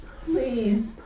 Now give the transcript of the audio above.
Please